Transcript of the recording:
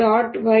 y